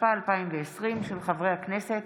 התשפ"א 2020. תודה.